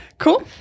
cool